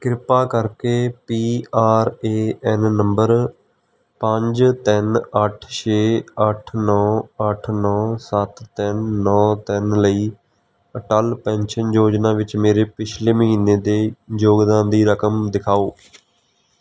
ਕਿਰਪਾ ਕਰਕੇ P R A N number ਪੰਜ ਤਿੰਨ ਅੱਠ ਛੇ ਅੱਠ ਨੌਂ ਅੱਠ ਨੌਂ ਸੱਤ ਤਿੰਨ ਨੌਂ ਤਿੰਨ ਲਈ ਅਟਲ ਪੈਨਸ਼ਨ ਯੋਜਨਾ ਵਿੱਚ ਮੇਰੇ ਪਿਛਲੇ ਮਹੀਨੇ ਦੇ ਯੋਗਦਾਨ ਦੀ ਰਕਮ ਦਿਖਾਓ